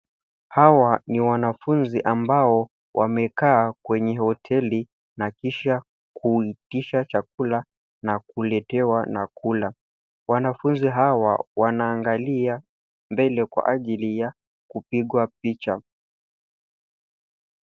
Hawa ni wanafunzi ambao wamekaa kwenye hoteli na kisha kuitisha chakula na kuletewa na kula wanafuzi hawa wanaangalia mbele kwa ajili ya kupigwa picha.